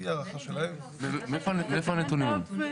מאיפה הנתונים האלה?